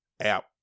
app